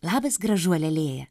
labas gražuole lėja